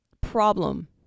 problem